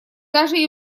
также